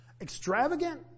Extravagant